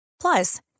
Plus